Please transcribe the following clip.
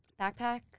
Backpack